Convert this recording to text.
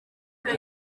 gihe